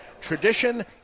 Tradition